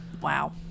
Wow